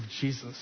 Jesus